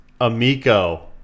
Amico